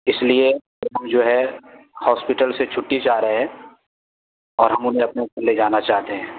اس لیے ہم جو ہے ہاسپٹل سے چھٹی چاہ رہے ہیں اور ہم انہیں اپنے ساتھ لے جانا چاہتے ہیں